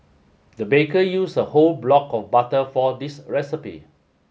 the baker use a whole block of butter for this recipe